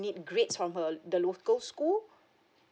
need grades from her the local school